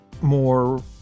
more